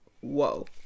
whoa